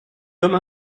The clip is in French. comme